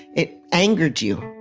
it angered you.